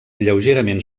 lleugerament